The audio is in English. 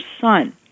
son